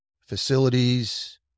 facilities